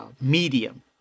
medium